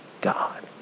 God